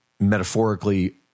metaphorically